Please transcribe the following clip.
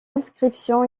inscription